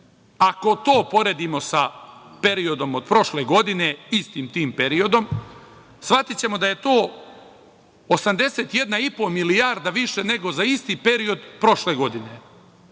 ako to poredimo sa periodom od prošle godine, istim tim periodom, shvatićemo da je to 81,5 milijarda više nego za isti period prošle godine.